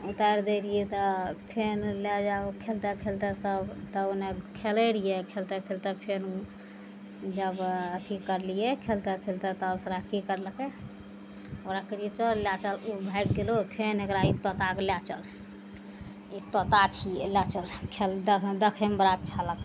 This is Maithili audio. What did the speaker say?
उतारि दै रहियइ तऽ फेन लए जाउ खेलते खेलते सब तब ओने खेलय रहियइ खेलते खेलते फेन जब अथी करलियइ खेलते खेलते तब सब गोटा की करलकइ ओकरा कहलियै चल ले चल उ भागि गेलौ फेन एकरा ई तोताके ले चल ई तोता छियै ले चल खेल देखयमे बड़ा अच्छा लगतइ